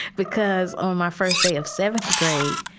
because on my first day of seventh grade,